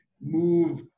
move